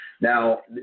Now